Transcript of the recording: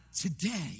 today